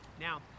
Now